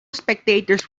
spectators